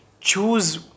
choose